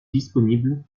disponible